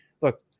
look